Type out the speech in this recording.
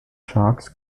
sharks